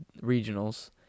regionals